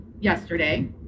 yesterday